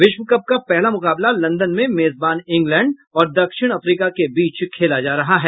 विश्व कप का पहला मुकाबला लंदन में मेजबान इंग्लैंड और दक्षिण अफ्रीका के बीच खेला जा रहा है